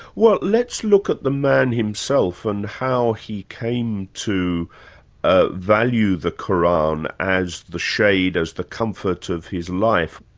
well let's look at the man himself, and how he came to ah value the qur'an as the shade, as the comfort of his life.